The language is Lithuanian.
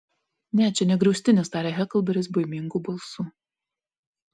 ne čia ne griaustinis tarė heklberis baimingu balsu